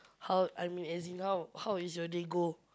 how I mean as in how how is your day go